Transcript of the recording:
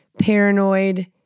paranoid